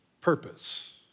purpose